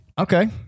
Okay